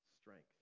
strength